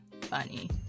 funny